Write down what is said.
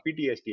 PTSD